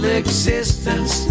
existence